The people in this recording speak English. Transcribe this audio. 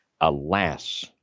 Alas